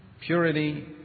purity